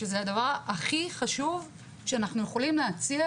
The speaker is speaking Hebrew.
שזה הדבר הכי חשוב שאנחנו יכולים להציע